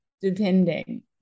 depending